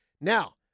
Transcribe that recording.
Now